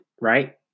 right